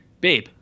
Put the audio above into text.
Babe